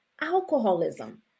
alcoholism